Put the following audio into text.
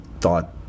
thought